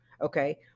Okay